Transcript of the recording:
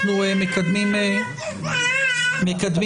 בתקווה שעד אז תגיע,